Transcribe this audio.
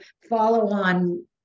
follow-on